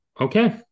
okay